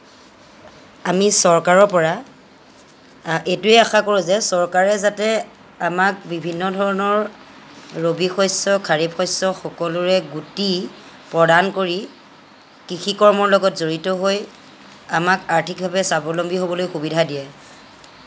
আমি চৰকাৰৰ পৰা এইটোৱেই আশা কৰোঁ যে চৰকাৰে যাতে আমাক বিভিন্ন ধৰণৰ ৰবি শস্য খাৰিফ শস্য সকলোৰে গুটি প্ৰদান কৰি কৃষি কৰ্মৰ লগত জড়িত হৈ আমাক আৰ্থিকভাৱে স্বাৱলম্বী হ'বলৈ সুবিধা দিয়ে